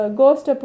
ghost